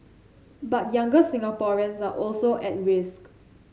but younger Singaporeans are also at risk